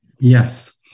Yes